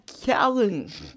challenge